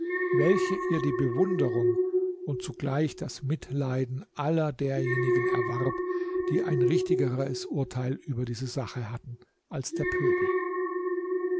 welche ihr die bewunderung und zugleich das mitleiden aller derjenigen erwarb die ein richtigeres urteil über diese sache hatten als der pöbel